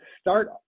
Start